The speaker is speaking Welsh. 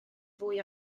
fwy